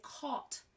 caught